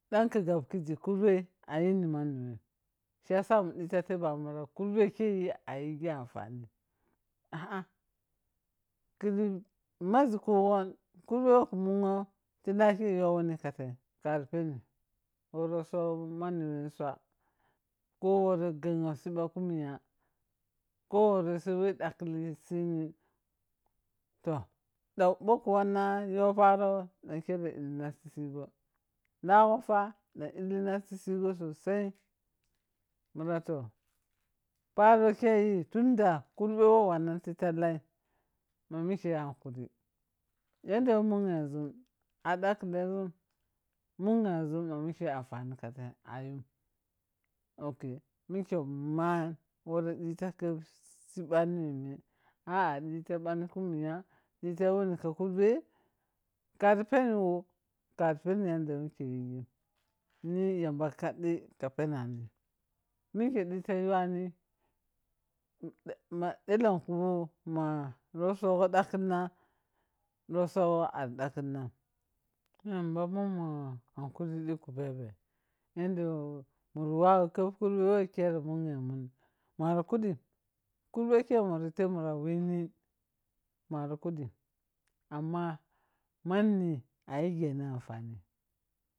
Dun gab khizi karbe ayiri mani wo shiya sa nedsa debani mara karbe ko ayighi anfani ta khihi mazkughon kurbe wo ku manwonti laka you wani ha ti kari penim wuro you mani wa swabe ko woro ngenwo gba kumiya ko woro sou we wo dakhili sinin, ta da boh ha wane you paro da khero dlena ta sighen lagha fa da illina ta sigho sosai muna toh paro kheyi tundo kurdne wo wannan te tallai ma mike ye hakari yanda wa mungee sun a daklebun mughesu ma meke yi a fani ka fai ayum mike man ta woro ta khap sibbani menme a, a ta war han humuya difayi wuni ka karbe- karpenem wo- kari peni yadda wo mike yighem ne yamba ka dai deka penani meke dita wuwani ma uleku ma rotsogo dakhina rofsogho ari dakhinam yamba munmun hakuri di kupabbe yanda wo mun wou ker fado wo khere manemun mari kydim kurbe ke mar teb mare wamum, mari kodim amma mani ayegheni anfanim.